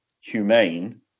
humane